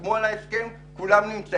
שחתמו על ההסכם כולם נמצאים.